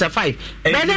five